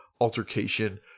altercation